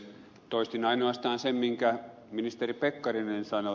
toistin ainoastaan sen minkä ministeri pekkarinen sanoi